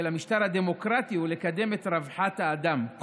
המשטר הדמוקרטי הוא לקדם את רווחת האדם,